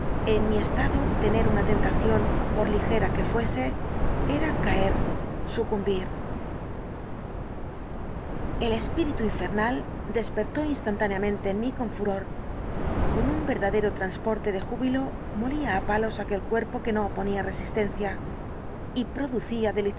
en mi estado tener una tentación por ligera que fuese era caer sucumbir el espíritu infernal despertó instantáneamente en mí con furor con un verdadero transporte de júbilo molía á palos aquel cuerpo que no oponía resistencia y producía